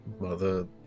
Mother